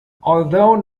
although